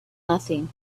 nothing